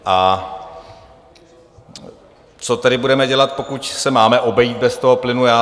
A co tedy budeme dělat, pokud se máme obejít bez toho plynu?